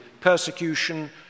persecution